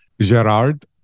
Gerard